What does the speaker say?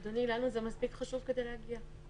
אדוני, לנו זה מספיק חשוב בשביל להגיע.